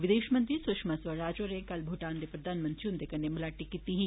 विदेश मंत्री सुषमा स्वराज होर कल भूटान दे प्रधानमंत्री हुंदे कन्नै मलाटी कीती ही